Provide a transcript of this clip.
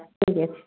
ଠିକ୍ ଅଛି